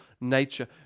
nature